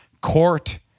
court